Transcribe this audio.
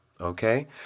Okay